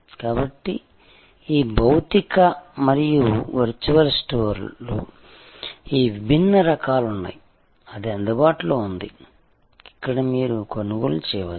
కాబట్టి ఈ భౌతిక మరియు వర్చువల్ స్టోర్లు ఈ విభిన్న రకాలు ఉన్నాయి అది అందుబాటులో ఉంది ఇక్కడ మీరు కొనుగోలు చేయవచ్చు